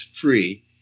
free